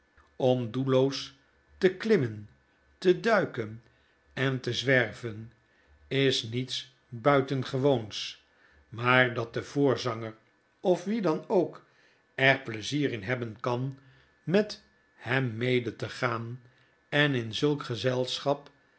om doelloos te klimmen te duiken en te zwerven is niets buitengewoons maar dat de voorzanger of wie dan ook er pleizier in hebben kan met hem mede te gaan eninzulk gozelschap